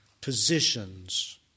positions